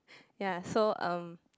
ya so um